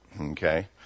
okay